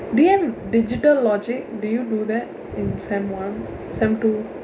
do you have digital logic do you do that in sem one sem two